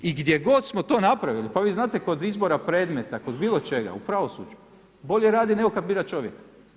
I gdje god smo to napravili, pa vi znate kod izbora predmeta, kod bilo čega u pravosuđu, bolje radi nego kad bira čovjek.